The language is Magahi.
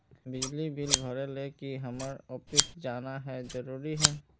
बिजली बिल भरे ले की हम्मर ऑफिस जाना है जरूरी है?